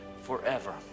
forever